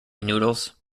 noodles